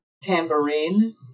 Tambourine